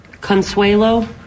Consuelo